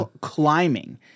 climbing